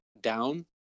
down